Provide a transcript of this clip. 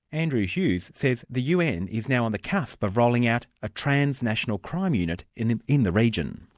andrew hughes says the un is now on the cusp of rolling out a transnational crime unit in in the region.